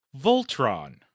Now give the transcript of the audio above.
Voltron